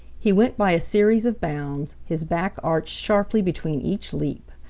he went by a series of bounds his back arched sharply between each leap.